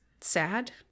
sad